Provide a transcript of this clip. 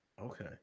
Okay